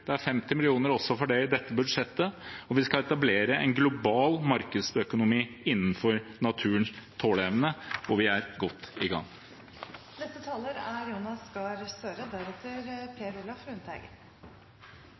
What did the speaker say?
det er 50 mill. kr til det i dette budsjettet, og vi skal etablere en global markedsøkonomi innenfor naturens tåleevne. Og vi er godt i